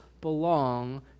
belong